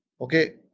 Okay